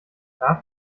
darf